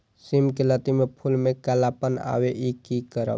सिम के लत्ती में फुल में कालापन आवे इ कि करब?